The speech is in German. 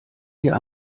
dir